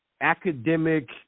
academic